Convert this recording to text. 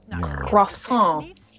croissant